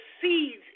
seeds